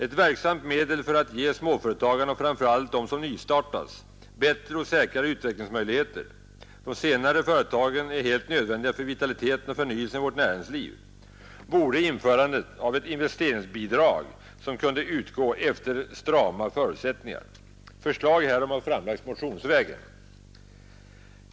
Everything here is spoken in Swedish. Ett verksamt medel för att ge småföretagen och framför allt dem som nystartas bättre och säkrare utvecklingsmöjligheter — de senare helt nödvändiga för vitaliteten och förnyelsen i vårt näringsliv — vore införandet av ett investeringsbidrag som kunde utgå efter vissa strama förutsättningar. Förslag härom har framlagts motionsvägen.